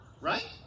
right